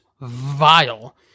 Vile